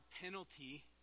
penalty